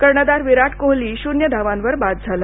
कर्णधार विराट कोहोली शून्य धावांवर बाद झाला